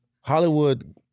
Hollywood